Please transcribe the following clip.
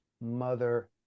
mother